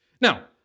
Now